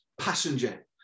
passenger